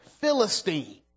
Philistine